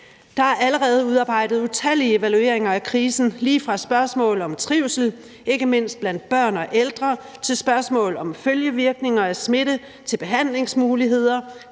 Der er allerede udarbejdet utallige evalueringer af krisen, lige fra spørgsmål om trivsel, ikke mindst blandt børn og ældre, til spørgsmål om følgevirkninger af smitte, om behandlingsmuligheder,